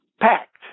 packed